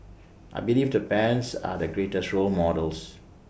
I believe the bands are the greatest role models